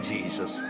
Jesus